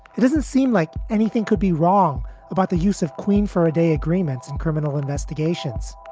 it doesn't seem like anything could be wrong about the use of queen for a day agreements and criminal investigations.